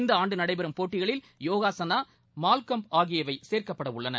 இந்த ஆண்டு நடைபெறும் போட்டிகளில் யோகாசனா மல்லக்கம்ப் ஆகியவை சேர்க்கப்படவுள்ளன